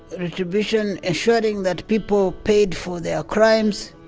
retribution, ensuring that people paid for their crimes,